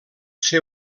ser